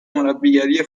مربیگری